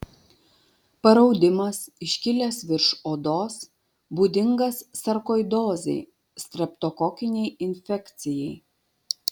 paraudimas iškilęs virš odos būdingas sarkoidozei streptokokinei infekcijai